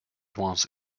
ones